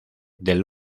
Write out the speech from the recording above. del